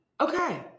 Okay